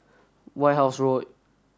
White House Road